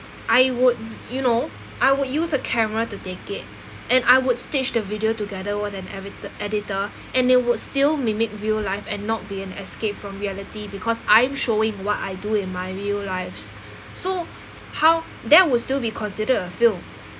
I would you know I would use a camera to take it and I would stitch the video together with an edit~ editor and it would still mimic real life and not be an escape from reality because I'm showing what I do in my real lives so how that would still be consider a film